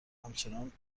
همچنان